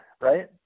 Right